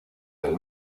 del